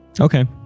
okay